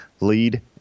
lead